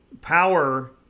Power